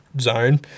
zone